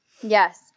Yes